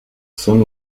son